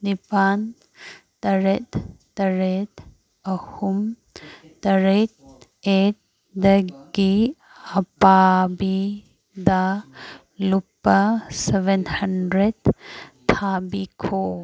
ꯅꯤꯄꯥꯜ ꯇꯔꯦꯠ ꯇꯔꯦꯠ ꯑꯍꯨꯝ ꯇꯔꯦꯠ ꯑꯦꯠꯗꯒꯤ ꯑꯄꯥꯕꯤꯗ ꯂꯨꯄꯥ ꯁꯕꯦꯟ ꯍꯟꯗ꯭ꯔꯦꯗ ꯊꯥꯕꯤꯈꯣ